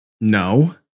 No